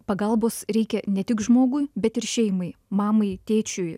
pagalbos reikia ne tik žmogui bet ir šeimai mamai tėčiui